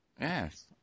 Yes